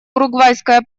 уругвайское